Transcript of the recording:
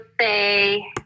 say